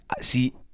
see